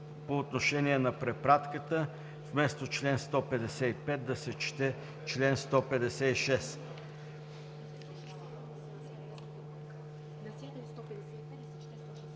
по отношение на препратката – вместо чл. 155 да се чете чл. 161.